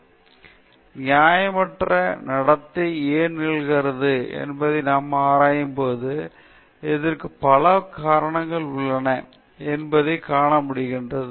மேலும் நியாயமற்ற நடத்தை ஏன் நிகழ்கிறது என்பதை நாம் ஆராயும்போது இதற்கு பல காரணங்கள் உள்ளன என்பதை நாம் காண முடிந்தது